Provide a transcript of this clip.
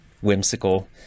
whimsical